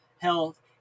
health